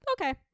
okay